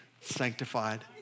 sanctified